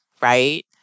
right